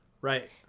Right